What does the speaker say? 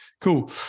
cool